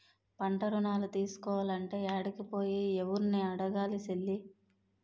పంటరుణాలు తీసుకోలంటే యాడికి పోయి, యెవుర్ని అడగాలి సెల్లీ?